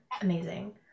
amazing